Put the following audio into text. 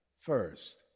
First